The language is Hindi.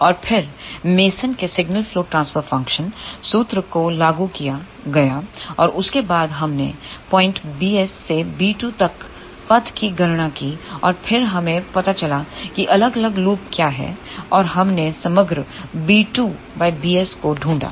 और फिर मेसन के signal flow transfer function Mason's signal flow transfer functionसूत्र को लागू किया और उसके बाद हमने पॉइंट bs से b2 तक पथ की गणना की और फिर हमें पता चला कि अलग अलग लूप क्या हैं और फिर हमने समग्र b2bs को ढूंढा